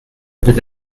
fydd